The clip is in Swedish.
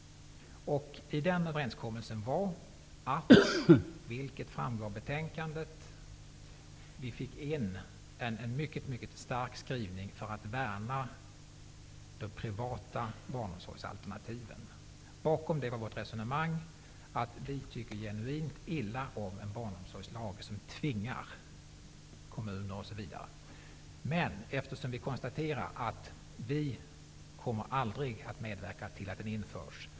Den överenskommelsen innebar, vilket framgår av betänkandet, att vi fick in en mycket stark skrivning för att värna de privata barnomsorgsalternativen. Vårt resonemang bakom detta var följande. Vi tycker genuint illa om en barnomsorgslag som tvingar kommuner, osv. Vi konstaterade att vi aldrig kommer att medverka till att den införs.